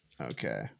okay